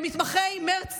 מתמחי מרץ